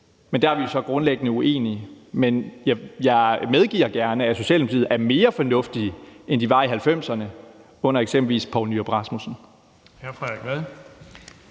Men der er vi så grundlæggende uenige. Men jeg medgiver gerne, at Socialdemokratiet er mere fornuftige, end de var i 1990'erne under eksempelvis Poul Nyrup Rasmussen. Kl. 20:01 Den